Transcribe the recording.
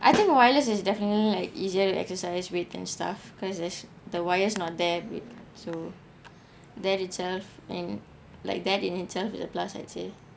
I think wireless is definitely like easier to exercise with and stuff because is the wire's not there with so that itself and like that in itself is a plus I would say